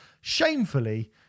shamefully